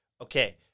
Okay